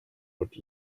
would